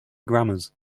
grammars